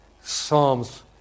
psalms